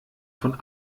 von